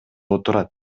отурат